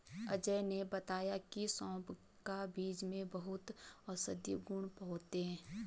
अजय ने बताया की सौंफ का बीज में बहुत औषधीय गुण होते हैं